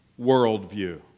worldview